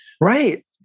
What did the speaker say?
Right